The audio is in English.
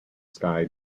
sky